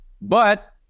but-